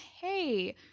hey